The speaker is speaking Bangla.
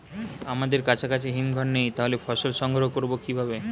আমাদের কাছাকাছি হিমঘর নেই তাহলে ফসল সংগ্রহ করবো কিভাবে?